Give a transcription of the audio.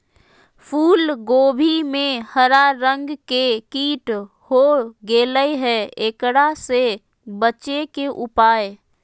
फूल कोबी में हरा रंग के कीट हो गेलै हैं, एकरा से बचे के उपाय?